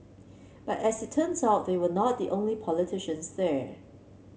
but as it turns out they were not the only politicians there